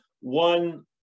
One